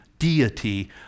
deity